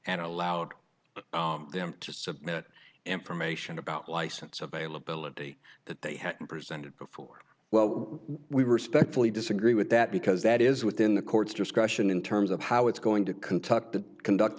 and allowed them to submit information about license availability that they had presented before well we respectfully disagree with that because that is within the court's discussion in terms of how it's going to conduct the conduct